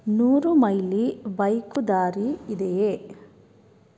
ನೂರು ಮೈಲಿ ಬೈಕು ದಾರಿ ಇದೆಯೇ